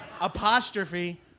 apostrophe